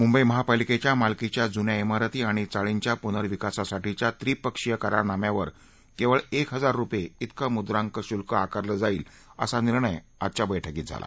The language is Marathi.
मुंबई महापालिकेच्या मालकीच्या जुन्या धारती आणि चाळींच्या प्नर्विकासासाठीच्या त्रिपक्षीय करारनाम्यावर केवळ एक हजार रुपये तिकं मुद्रांक शुल्क आकारलं जाईल असा निर्णय या बैठकीत झाला